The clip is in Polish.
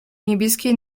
niebieskiej